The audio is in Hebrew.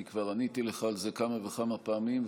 אני כבר עניתי לך על זה כמה וכמה פעמים,